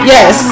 Yes